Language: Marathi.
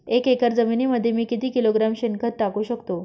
एक एकर जमिनीमध्ये मी किती किलोग्रॅम शेणखत टाकू शकतो?